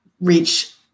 reach